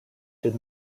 did